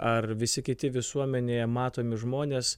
ar visi kiti visuomenėje matomi žmonės